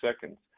seconds